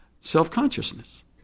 self-consciousness